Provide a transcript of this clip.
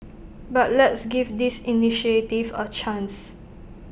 but let's give this initiative A chance